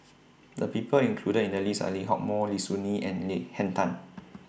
The People included in The list Are Lee Hock Moh Lim Soo Ngee and Henn Tan